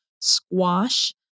squash